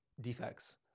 defects